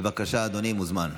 בבקשה, אדוני, מוזמן.